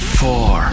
four